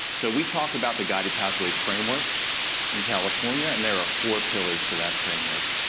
so, we talked about the guided pathways framework in california and there are four pillars to that framework.